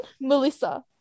Melissa